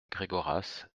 gregoras